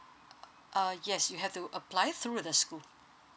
uh yes you have to apply through the school